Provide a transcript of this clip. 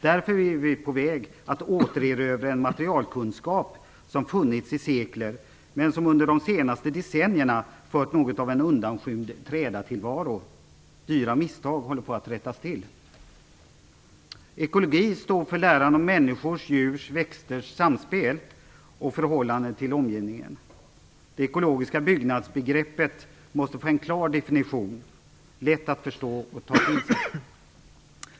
Därför är vi på väg att återerövra en materialkunskap som funnits i sekler men som under de senaste decennierna fört något av en undanskymd trädatillvaro. Dyra misstag håller på att rättas till. Termen ekologi står för läran om människors, djurs och växters samspel och förhållanden till omgivningen. Det ekologiska byggnadsbegreppet måste få en klar definition, lätt att förstå och ta till sig.